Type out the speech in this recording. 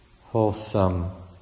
wholesome